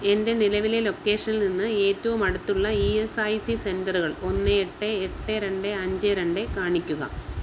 എൻ്റെ നിലവിലെ ലൊക്കേഷനിൽനിന്ന് ഏറ്റവും അടുത്തുള്ള ഇ എസ് ഐ സി സെൻറ്ററുകൾ ഒന്ന് എട്ട് എട്ട് രണ്ട് അഞ്ച് രണ്ട് കാണിക്കുക